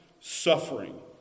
suffering